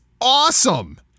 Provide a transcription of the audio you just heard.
awesome